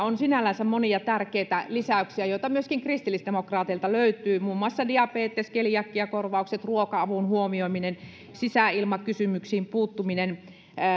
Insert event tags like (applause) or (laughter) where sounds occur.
(unintelligible) on sinällänsä monia tärkeitä lisäyksiä joita myöskin kristillisdemokraateilta löytyy muun muassa diabetes keliakiakorvaukset ruoka avun huomioiminen sisäilmakysymyksiin puuttuminen